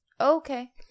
okay